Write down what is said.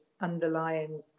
underlying